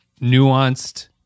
nuanced